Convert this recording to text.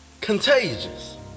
contagious